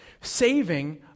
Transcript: saving